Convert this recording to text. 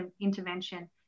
intervention